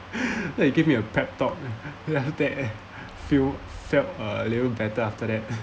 like you give me a pep talk then after that eh feel felt a little better after that